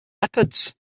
leopards